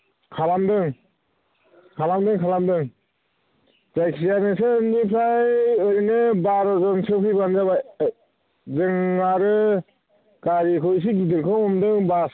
खालामदों खालामदों खालामदों जायखि जाया नोंसोरनिफ्राय ओरैनो बार' जनसो फैबानो जाबाय जों आरो गारिखौ इसे गिदिरखौ हमदों बास